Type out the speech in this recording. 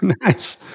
Nice